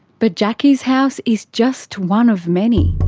but jacki's house is just one of many.